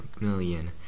million